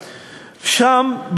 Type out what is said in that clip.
שם,